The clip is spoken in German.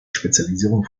spezialisierung